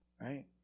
right